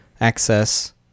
access